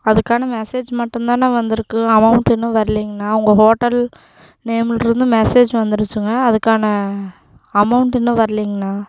அதுக்கான மெசேஜ் மட்டும்தாண்ணா வந்திருக்கு அமௌண்ட் இன்னும் வருலீங்கண்ணா உங்கள் ஹோட்டல் நேமுலிருந்து மெசேஜ் வந்துருச்சுங்க அதுக்கான அமௌண்ட் இன்னும் வரலீங்கண்ணா